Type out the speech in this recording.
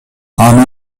анын